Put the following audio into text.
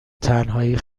تنهایی